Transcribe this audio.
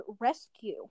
Rescue